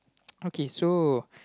okay so